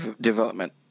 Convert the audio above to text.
development